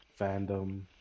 fandom